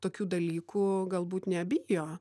tokių dalykų galbūt nebijo